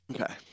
Okay